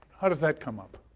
how does that come up?